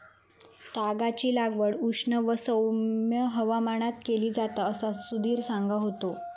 तागाची लागवड उष्ण व सौम्य हवामानात केली जाता असा सुधीर सांगा होतो